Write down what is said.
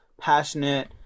passionate